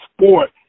sport